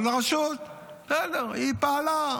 אז הרשות, בסדר, היא פעלה.